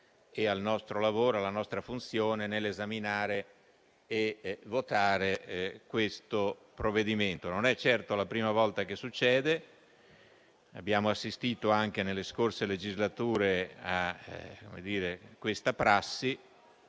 al nostro lavoro e alla nostra funzione nell'esaminare e votare questo provvedimento. Non è certo la prima volta che accade. Abbiamo assistito anche nelle scorse legislature a questa prassi.